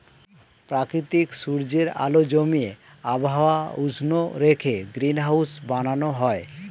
প্রাকৃতিক সূর্যের আলো জমিয়ে আবহাওয়া উষ্ণ রেখে গ্রিনহাউস বানানো হয়